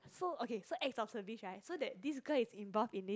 so okay so acts of service right so that this girl is involved in this